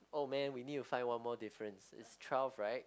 oh man we need to find one more difference is twelve right